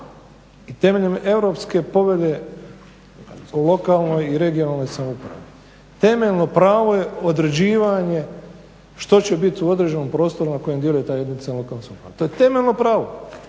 I temeljem Europske povelje o lokalnoj i regionalnoj samoupravi temeljno pravo je određivanje što će biti u određenom prostoru na kojem djeluje ta jedinica lokalne samouprave. To je temeljno pravo.